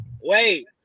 wait